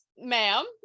Ma'am